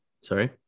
sorry